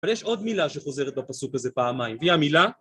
אבל יש עוד מילה שחוזרת בפסוק הזה פעמיים, היא המילה